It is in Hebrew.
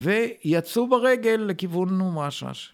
ויצאו ברגל לכיוון אום רשרש